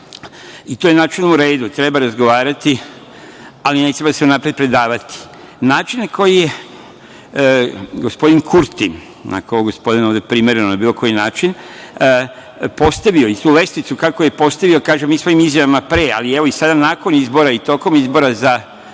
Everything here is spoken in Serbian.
To je načelno u redu. Treba razgovarati, ali ne treba se unapred predavati. Način na koji je gospodin Kurti, ako je ovo gospodin ovde primereno na bilo koji način, postavio i tu lestvicu, kako je postavio i u svojim izjavama pre, ali evo i sada nakon izbora i tokom izbora za predsednika